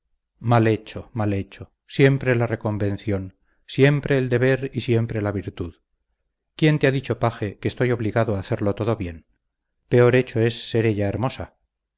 mal hecho mal hecho siempre la reconvención siempre el deber y siempre la virtud quién te ha dicho paje que estoy obligado a hacerlo todo bien peor hecho es ser ella hermosa